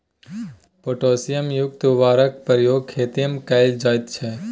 potassium युक्त उर्वरकक प्रयोग खेतीमे कैल जाइत छै